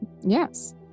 Yes